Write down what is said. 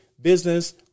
business